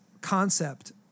concept